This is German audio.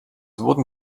wurden